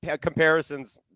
comparisons